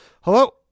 hello